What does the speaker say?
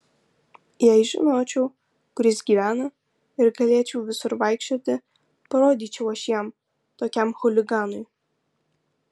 jei žinočiau kur jis gyvena ir galėčiau visur vaikščioti parodyčiau aš jam tokiam chuliganui